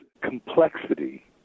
Complexity